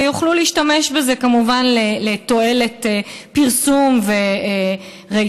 ויוכלו להשתמש בזה כמובן לתועלת פרסום ורייטינג.